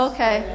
Okay